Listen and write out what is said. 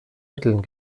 mitteln